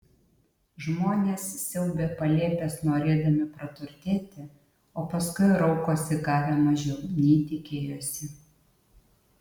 žmonės siaubia palėpes norėdami praturtėti o paskui raukosi gavę mažiau nei tikėjosi